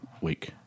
week